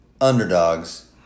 Underdogs